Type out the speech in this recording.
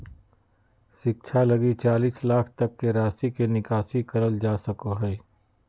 शिक्षा लगी चालीस लाख तक के राशि के निकासी करल जा सको हइ